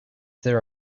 there